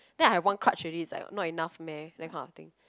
then I have one crutch already is like not enough meh that kind of thing